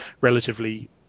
relatively